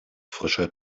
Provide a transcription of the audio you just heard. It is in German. frischer